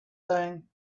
thing